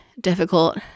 difficult